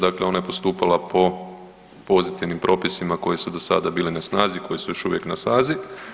Dakle, ona je postupala po pozitivnim propisima koji su do sada bili na snazi, koji su još uvijek na snazi.